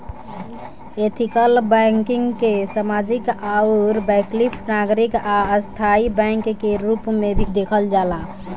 ethical banking के सामाजिक आउर वैकल्पिक नागरिक आ स्थाई बैंक के रूप में भी देखल जाला